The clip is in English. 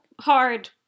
hard